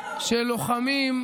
של לוחמים,